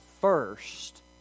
first